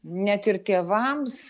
net ir tėvams